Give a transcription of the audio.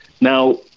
Now